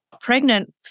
pregnant